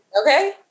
Okay